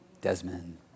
Desmond